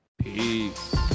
Peace